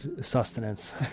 sustenance